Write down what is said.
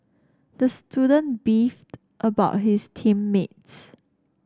the student beefed about his team mates